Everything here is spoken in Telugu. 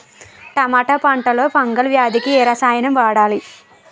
టమాటా పంట లో ఫంగల్ వ్యాధికి ఏ రసాయనం వాడాలి?